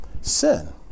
sin